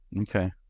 Okay